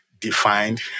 defined